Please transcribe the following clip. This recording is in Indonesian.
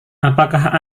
apakah